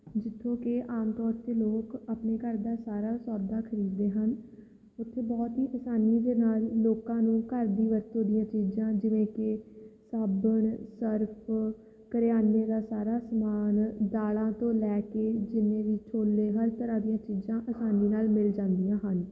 ਜਿੱਥੋਂ ਕਿ ਆਮ ਤੌਰ 'ਤੇ ਮਨੁੱਖ ਆਪਣੇ ਘਰ ਦਾ ਸਾਰਾ ਸੌਦਾ ਖਰੀਦਦੇ ਹਨ ਉੱਥੇ ਬਹੁਤ ਹੀ ਆਸਾਨੀ ਦੇ ਨਾਲ ਲੋਕਾਂ ਨੂੰ ਘਰ ਦੀ ਵਰਤੋਂ ਦੀਆਂ ਚੀਜ਼ਾਂ ਜਿਵੇਂ ਕਿ ਸਾਬਣ ਸਰਫ ਕਰਿਆਨੇ ਦਾ ਸਾਰਾ ਸਮਾਨ ਦਾਲਾਂ ਤੋਂ ਲੈ ਕੇ ਜਿਵੇਂ ਵੀ ਛੋਲੇ ਹਰ ਤਰਾਂ ਦੀਆਂ ਚੀਜ਼ਾਂ ਆਸਾਨੀ ਨਾਲ ਮਿਲ ਜਾਂਦੀਆਂ ਹਨ